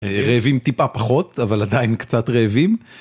רעבים טיפה פחות אבל עדיין קצת רעבים.